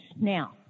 Now